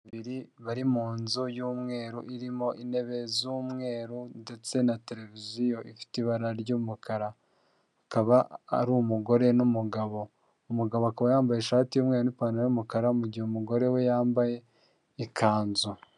Babiri bari mu nzu y'umweru irimo intebe z'umweru ndetse na televiziyo ifite ibara ry'umukara, akaba ari umugore n'umugabo. Umugabo akaba yambaye ishati y'umweru n'ipantaro y'umukara mugihe umugore we yambaye ikanzu.